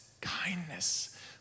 kindness